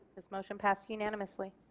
this motion passed unanimously.